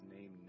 name